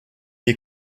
est